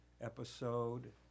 episode